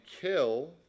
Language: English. kill